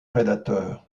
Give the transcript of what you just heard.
prédateurs